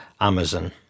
Amazon